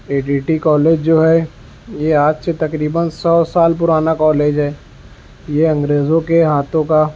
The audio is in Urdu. اے ڈی ٹی کالج جو ہے یہ آج سے تقریباً سو سال پرانا کالج ہے یہ انگریزوں کے ہاتھوں کا